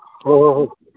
ꯍꯣꯏ ꯍꯣꯏ ꯍꯣꯏ